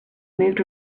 moved